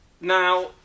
Now